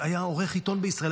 שהיה עורך עיתון בישראל,